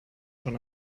schon